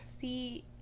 see